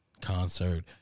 concert